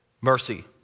mercy